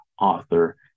author